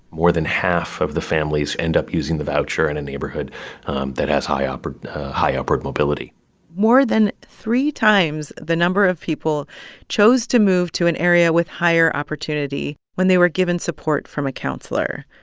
more than half of the families end up using the voucher in a neighborhood that has high upward high upward mobility more than three times the number of people chose to move to an area with higher opportunity when they were given support from a counselor.